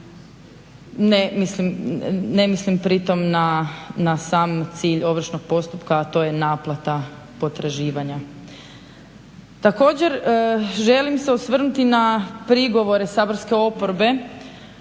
Ne mislim pritom na sam cilj ovršnog postupka, a to je naplata potraživanja. Također, želim se osvrnuti i na prigovore saborske oporbe